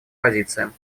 позициям